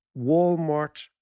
Walmart